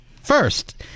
first